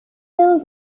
some